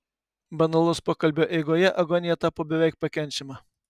banalaus pokalbio eigoje agonija tapo beveik pakenčiama